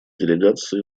делегации